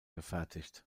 gefertigt